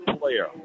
player